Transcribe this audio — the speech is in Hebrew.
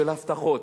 של הבטחות,